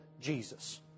Jesus